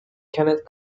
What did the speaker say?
kenneth